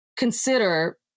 consider